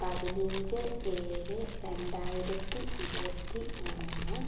പതിനഞ്ച് ഏഴ് രണ്ടായിരത്തി ഇരുപത്തി മൂന്ന്